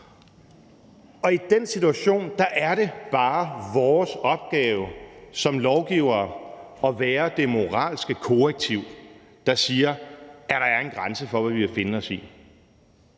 Og i den situation er det bare vores opgave som lovgivere at være det moralske korrektiv, der siger, at der er en grænse for, hvad vi vil finde os i.